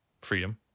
freedom